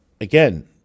again